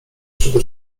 przede